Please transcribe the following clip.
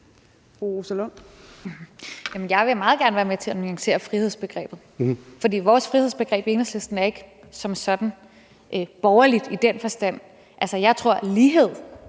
jeg vil meget gerne være med til at nuancere frihedsbegrebet, for vores frihedsbegreb i Enhedslisten er ikke som sådan borgerligt i den forstand. Altså, jeg tror, at lighed